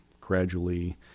gradually